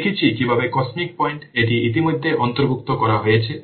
আমরা দেখেছি কিভাবে cosmic পয়েন্ট এটি ইতিমধ্যেই অন্তর্ভুক্ত করা হয়েছে